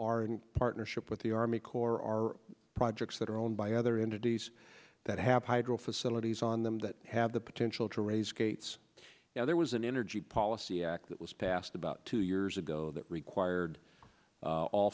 are in partnership with the army corps are projects that are owned by other duties that have hydro facilities on them that have the potential to raise gates now there was an energy policy act that was passed about two years ago that required